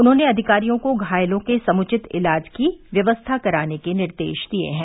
उन्होंने अधिकारियों को घायलों के समुचित इलाज की व्यवस्था कराने के निर्देश दिए हैं